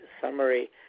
summary